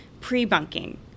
pre-bunking